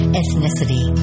ethnicity